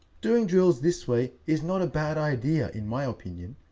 doing drills this way is not a bad idea, in my opinion,